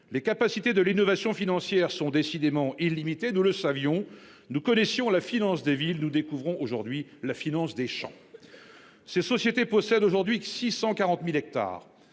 Les capacités de l'innovation financière sont décidément illimité, nous le savions, nous connaissions la finance des villes nous découvrons aujourd'hui la finance des champs. Ces sociétés possèdent aujourd'hui que 640.000 hectares